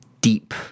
deep